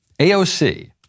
AOC